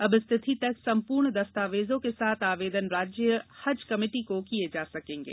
अब इस तिथि तक संपूर्ण दस्तावेजों के साथ आवेदन राज्य हज कमेटी को किए जा सकेंगे